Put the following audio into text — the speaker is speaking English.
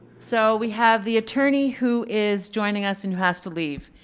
so we have the attorney who is joining us and who has to leave.